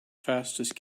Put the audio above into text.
fastest